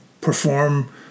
perform